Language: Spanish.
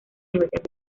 universidad